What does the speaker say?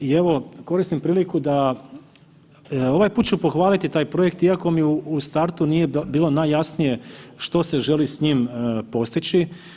I evo, koristim priliku da, ovaj put ću pohvaliti taj projekt iako mi u startu nije bilo najjasnije što se želi s njim postići.